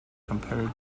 compared